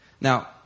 Now